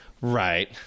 Right